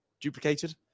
duplicated